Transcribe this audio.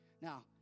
Now